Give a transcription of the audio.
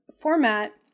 format